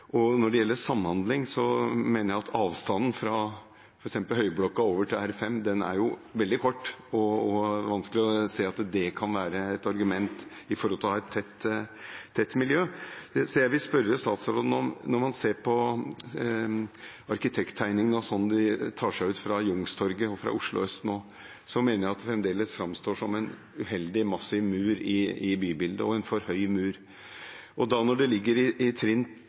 Når det gjelder samhandling, mener jeg at avstanden fra f.eks. høyblokka over til R5 er veldig kort. Det er vanskelig å se at det kan være et argument, med tanke på å ha et tett miljø. Når man ser på arkitekttegningene og slik det vil ta seg ut fra Youngstorget og fra Oslo øst nå, mener jeg at det fremdeles framstår som en uheldig massiv mur i bybildet – og en for høy mur. Det jeg vil spørre statsråden om, er: Når det da ligger i trinn 2 og trinn